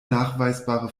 nachweisbare